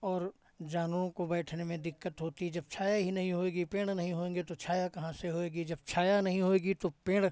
और जानवरों को बैठने में दिक्कत होती है जब छाया ही नहीं होएगी पेड़ नहीं होएंगे तो छाया कहाँ से होएगी जब छाया नहीं होएगी तो पेड़